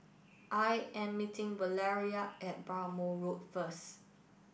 I am meeting Valeria at Bhamo Road first